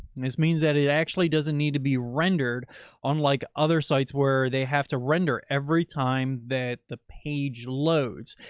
this means that it actually doesn't need to be rendered on like other sites where they have to render every time that the page loads.